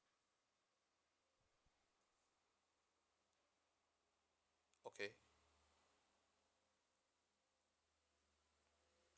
okay